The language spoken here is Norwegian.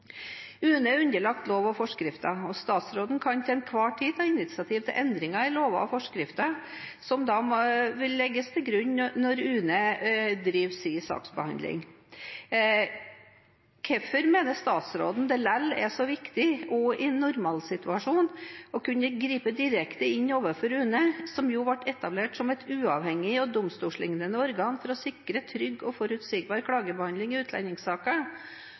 UNE er underlagt lov og forskrifter, og statsråden kan til enhver tid ta initiativ til endringer i lover og forskrifter, som da vil legges til grunn når UNE driver sin saksbehandling. Hvorfor mener statsråden det lell er så viktig også i en normalsituasjon å kunne gripe direkte inn overfor UNE, som ble etablert som et uavhengig og domstollignende organ for å sikre trygg og forutsigbar klagebehandling av utlendingssaker? Er statsråden enig med meg i